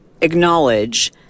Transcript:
acknowledge